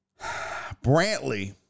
Brantley